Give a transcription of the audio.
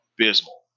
abysmal